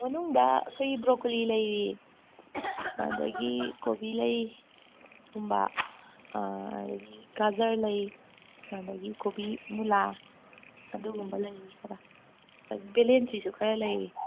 ꯃꯅꯨꯡꯗ ꯑꯩꯈꯣꯏꯒꯤ ꯕ꯭ꯔꯣꯀꯣꯂꯤ ꯂꯩꯔꯤ ꯑꯗꯒꯤ ꯀꯣꯕꯤ ꯂꯩꯒꯨꯝꯕ ꯑꯗꯒꯤ ꯒꯥꯖꯔ ꯂꯩ ꯑꯗꯒꯤ ꯀꯣꯕꯤ ꯃꯨꯂꯥ ꯑꯗꯨꯒꯨꯝꯕ ꯂꯩꯔꯤ ꯈꯔ ꯑꯥ ꯕꯦꯂꯦꯟꯗ꯭ꯔꯤꯁꯨ ꯈꯔ ꯂꯩꯔꯤ